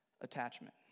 attachment